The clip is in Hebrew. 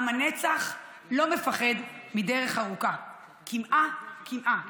עם הנצח לא מפחד מדרך ארוכה, קמעה-קמעה.